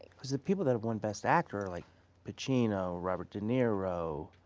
cause the people that have won best actor like pacino, robert de niro.